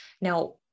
Now